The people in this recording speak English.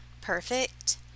perfect